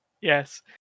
yes